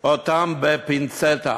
אותם בפינצטה.